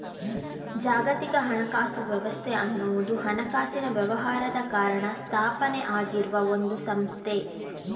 ಜಾಗತಿಕ ಹಣಕಾಸು ವ್ಯವಸ್ಥೆ ಅನ್ನುವುದು ಹಣಕಾಸಿನ ವ್ಯವಹಾರದ ಕಾರಣ ಸ್ಥಾಪನೆ ಆಗಿರುವ ಒಂದು ಸಂಸ್ಥೆ